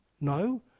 No